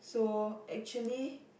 so actually